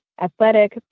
athletic